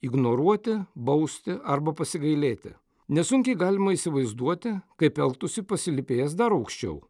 ignoruoti bausti arba pasigailėti nesunkiai galima įsivaizduoti kaip elgtųsi pasilypėjęs dar aukščiau